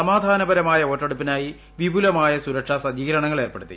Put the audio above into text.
സമാധാനപരമായ വോട്ടെടുപ്പിനായി വിപുലമായ സുരക്ഷാ സജ്ജീകരണങ്ങൾ ഏർപ്പെടുത്തി